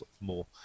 more